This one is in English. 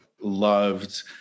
loved